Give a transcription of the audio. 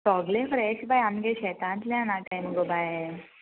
सोगले फ्रेश बाय आमगे शेतांतल्यान हाडटाय न्ही गो बाये